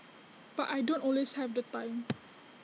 but I don't always have the time